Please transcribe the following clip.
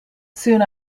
soon